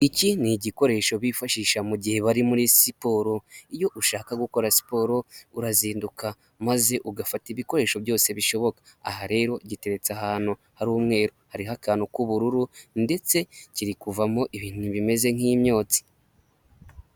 Iki ni igikoresho bifashisha mu gihe bari muri siporo. Iyo ushaka gukora siporo urazinduka maze ugafata ibikoresho byose bishoboka, aha rero giteretse ahantu hari umweru, hariho akantu k'ubururu ndetse kiri kuvamo ibintu bimeze nk'imyotsi.